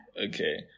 Okay